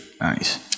nice